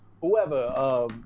Whoever